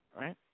right